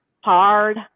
Hard